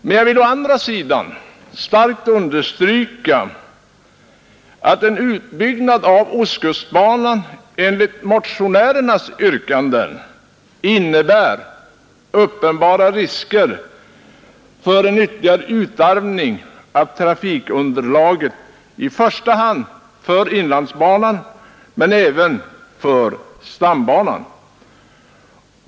Men jag vill å andra sidan starkt understryka att en utbyggnad av ostkustbanan enligt motionärernas yrkanden innebär uppenbara risker för ytterligare utarmning av trafikunderlaget i första hand för inlandsbanan men även för stambanan.